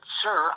sir